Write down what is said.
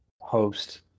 host